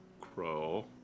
crow